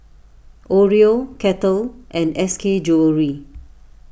Oreo Kettle and S K Jewellery